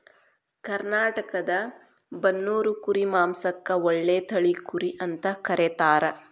ಕರ್ನಾಟಕದ ಬನ್ನೂರು ಕುರಿ ಮಾಂಸಕ್ಕ ಒಳ್ಳೆ ತಳಿ ಕುರಿ ಅಂತ ಕರೇತಾರ